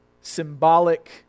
symbolic